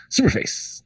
superface